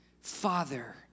Father